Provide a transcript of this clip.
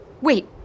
Wait